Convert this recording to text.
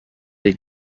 les